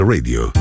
Radio